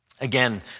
Again